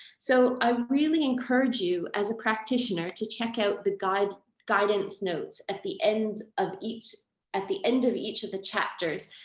so i really encourage you as a practitioner to check out the guide guidance notes at the end of each at the end of each of the chapters.